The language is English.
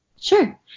Sure